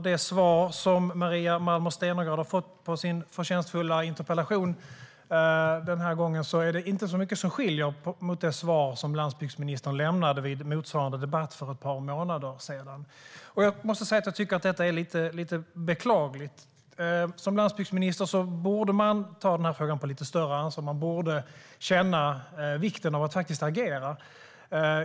Det svar som Maria Malmer Stenergard har fått på sin förtjänstfulla interpellation skiljer sig inte mycket från det svar som landsbygdsministern lämnade vid motsvarande debatt för ett par månader sedan. Jag måste säga att jag tycker att detta är lite beklagligt. Som landsbygdsminister borde man ta frågan på lite större allvar. Man borde känna vikten av att faktiskt agera.